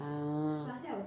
ah